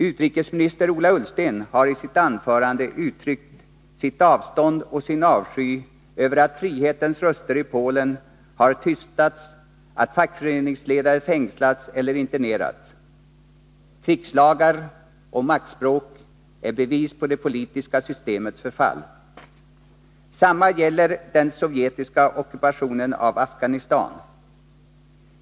Utrikesminister Ola Ullsten har i sitt anförande uttryckt sitt avståndstagande från och sin avsky för att frihetens röster i Polen har tystats, att fackföreningsledare fängslas eller interneras. Krigslagar och maktspråk är bevis på det politiska systemets förfall. Detsamma gäller för den sovjetiska ockupationen av Afghanistan.